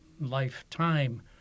Lifetime